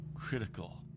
critical